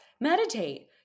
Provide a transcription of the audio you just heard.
meditate